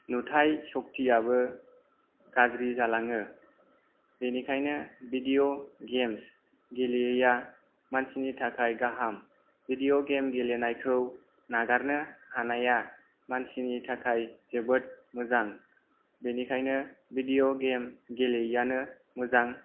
नुथाय सक्तिआबो गाज्रि जालाङो बेनिखायनो भिडिअ गेम्स गेलेयैआ मानसिनि थाखाय गाहाम भिडिअ गेम गेलेनायखौ नागारनो हानाया मानसिनि थाखाय जोबोद मोजां बेनिखायनो भिडिअ गेम गेलेयैआनो मोजां